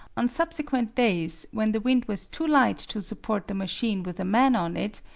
on subsequent days, when the wind was too light to support the machine with a man on it,